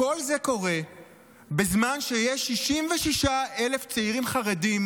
כל זה קורה בזמן שיש 66,000 צעירים חרדים